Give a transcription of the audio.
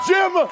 Jim